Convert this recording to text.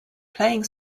playing